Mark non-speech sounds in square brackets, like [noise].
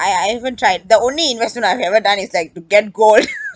I I haven't tried the only investment I've ever done is like to get gold [laughs]